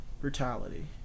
brutality